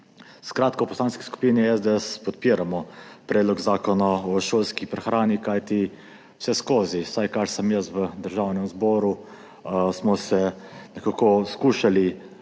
Skratka, v Poslanski skupini SDS podpiramo predlog Zakona o šolski prehrani, kajti vseskozi, vsaj kar sem jaz v Državnem zboru, smo se nekako skušali